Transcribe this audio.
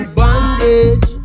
bondage